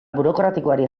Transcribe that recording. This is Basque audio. burokratikoari